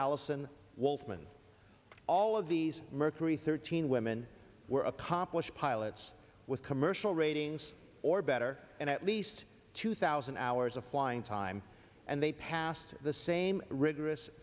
allison wolfman all of these mercury thirteen women were accomplished pilots with commercial ratings or better and at least two thousand hours of flying time and they passed the same rigorous